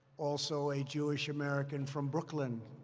also a jewish american from brooklyn.